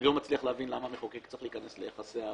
אני לא מצליח למה מחוקק צריך להיכנס ליחסי העבודה.